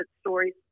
stories